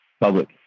public